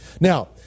Now